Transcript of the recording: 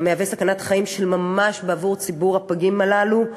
המהווה סכנת חיים של ממש בעבור הפגים הללו,